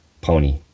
pony